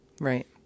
Right